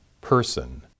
person